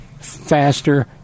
faster